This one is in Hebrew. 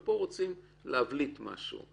פה רוצים להבליט משהו.